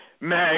Meg